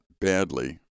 badly